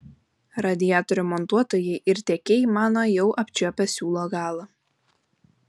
radiatorių montuotojai ir tiekėjai mano jau apčiuopę siūlo galą